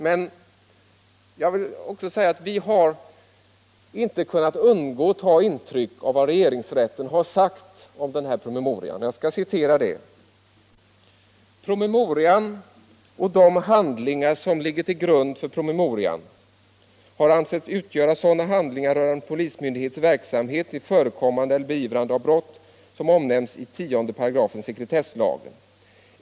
Men jag vill påpeka att vi inte har kunnat undgå att ta intryck av vad regeringsrätten sagt om promemorian: ”Promemorian och de handlingar som ligger till grund för promemorian har ansetts utgöra sådana handlingar rörande polismyndighets verksamhet till förekommande eller beivrande av brott som omnämns i 10§ sekretesslagen.